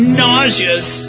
nauseous